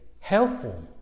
helpful